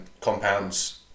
compounds